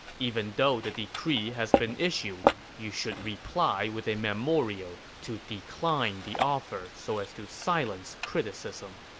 even though the decree has been issued, you should reply with a memorial to decline the offer so as to silence criticism.